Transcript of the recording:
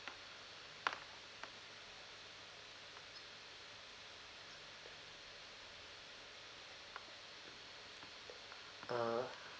uh